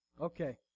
Okay